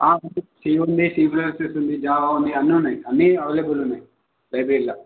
ఆ ఉంది C plus plus ఉంది జావాా ఉంది అన్నీ ఉన్నాయ్ అన్నీ అవైలబుల్ ఉన్నాయ్ లైబ్రరీలో